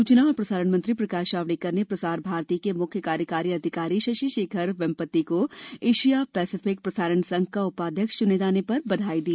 सूचना और प्रसारण मंत्री प्रकाश जावड़ेकर ने प्रसार भारती के मुख्य कार्यकारी अधिकारी शशि शेखर वेम्पती को एशिया पेसिफिक प्रसारण संघ का उपाध्यक्ष चुने जाने पर बधाई दी